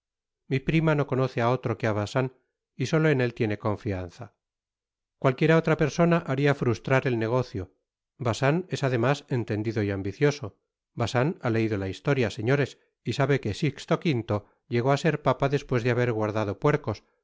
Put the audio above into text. mi prima no conoce á otro que á bacin y solo en él tiene confianza cualquiera otra persona baria frustrar el negocio bacin es además entendido y ambicioso bacin ha leido la historia señores y sabe que sixto v llegó á ser papa despues de haber guardado puercos y